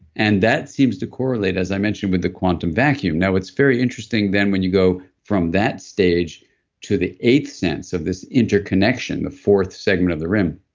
and that seems to correlate, as i mentioned, with the quantum vacuum now, it's very interesting, then, when you go from that stage to the eighth sense of this interconnection, the fourth segment of the rim.